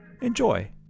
Enjoy